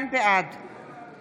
בעד מאיר יצחק הלוי, נגד